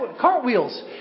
Cartwheels